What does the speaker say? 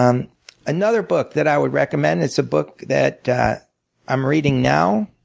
um another book that i would recommend, it's a book that that i'm reading now.